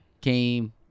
came